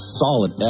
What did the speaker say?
solid